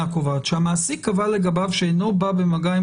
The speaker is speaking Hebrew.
קובעת אלא המעסיק קבע לגביו שאינו בא במגע עם